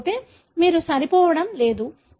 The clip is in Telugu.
లేకపోతే మీరు సరిపోలడం లేదు